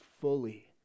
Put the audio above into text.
fully